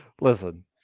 Listen